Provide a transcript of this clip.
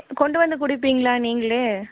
கொண்டு வந்து கொடுப்பீங்களா நீங்களே